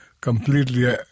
completely